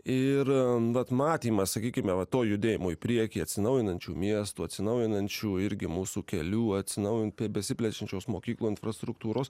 ir vat matymas sakykime va to judėjimo į priekį atsinaujinančių miestų atsinaujinančių irgi mūsų kelių atsinaujin besiplečiančios mokyklų infrastruktūros